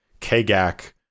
Kagak